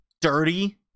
dirty